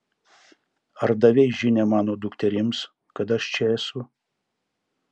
ar davei žinią mano dukterims kad aš čia esu